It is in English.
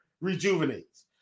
rejuvenates